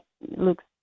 looks